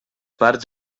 parts